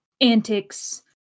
antics